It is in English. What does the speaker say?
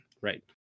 right